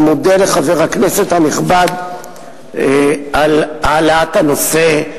אני מודה לחבר הכנסת הנכבד על העלאת הנושא,